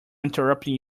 interrupting